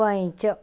पञ्च